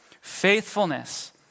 Faithfulness